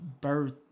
birth